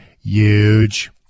huge